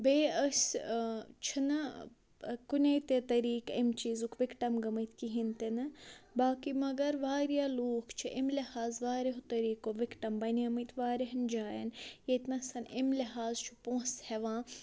بیٚیہِ أسۍ چھِنہٕ کُنی تہِ طریٖقہٕ اَمہِ چیٖزُک وِکٹَم گٔمٕتۍ کِہیٖنۍ تِنہٕ باقی مگر واریاہ لوٗکھ چھِ اَمہِ لہٰذ واریاہَو طریٖقو وِکٹَم بنیٲیمٕتۍ واریاہَن جایَن ییٚتہِ نَس اَمہِ لِہٰذ چھُ پونٛسہٕ ہٮ۪وان